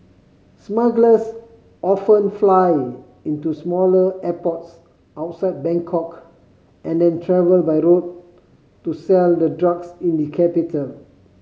smugglers often fly into smaller airports outside Bangkok and then travel by road to sell the drugs in the capital